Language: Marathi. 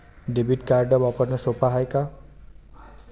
डेबिट कार्ड वापरणं सोप हाय का?